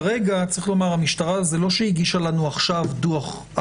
זה לא שכרגע משרד הבט"פ הגיש לנו את הדוח של